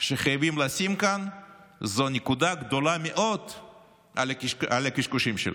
שחייבים לשים כאן זו נקודה גדולה מאוד על הקשקושים שלו.